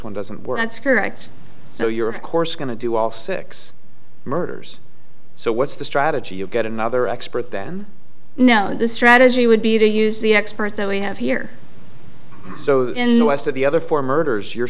one doesn't work that's correct so you're of course going to do all six murders so what's the strategy you get another expert then no the strategy would be to use the expert that we have here so in the rest of the other four murders you're